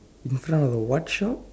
in front of a what shop